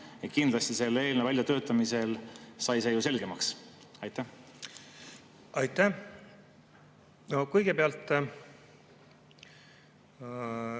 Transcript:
Kindlasti selle eelnõu väljatöötamisel sai see ju selgemaks. Aitäh! Kõigepealt,